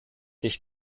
nicht